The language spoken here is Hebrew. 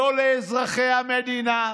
לא לאזרחי המדינה,